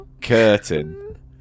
Curtain